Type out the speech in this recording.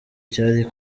cyari